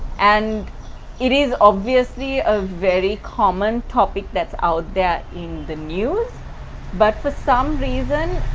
and it is obviously a very common topic that's out there in the news but for some reason.